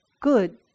good